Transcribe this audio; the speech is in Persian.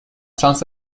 شانس